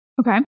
Okay